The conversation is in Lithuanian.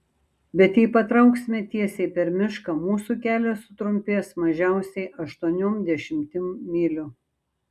bet jei patrauksime tiesiai per mišką mūsų kelias sutrumpės mažiausiai aštuoniom dešimtim mylių